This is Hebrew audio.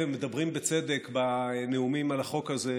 ומדברים בצדק בנאומים על החוק הזה,